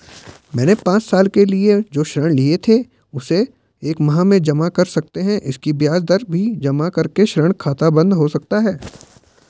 मैंने पांच साल के लिए जो ऋण लिए थे उसे एक माह में जमा कर सकते हैं इसकी ब्याज दर भी जमा करके ऋण खाता बन्द हो सकता है?